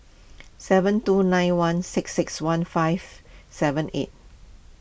seven two nine one six six one five seven eight